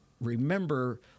remember